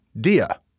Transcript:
Dia